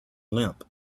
limp